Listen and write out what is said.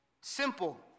simple